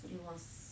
it was